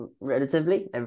relatively